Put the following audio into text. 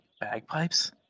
bagpipes